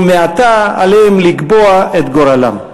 ומעתה עליהם לקבוע את גורלם.